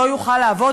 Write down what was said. לא יוכל לעבוד,